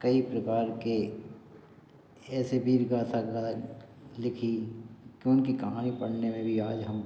कई प्रकार के ऐसे वीरगाथा लिखी कि उनकी कहानी पढ़ने में भी आज हम